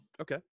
Okay